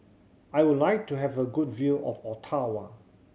I would like to have a good view of Ottawa